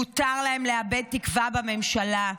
מותר להם לאבד תקווה בממשלה.